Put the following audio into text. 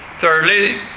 Thirdly